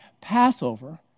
Passover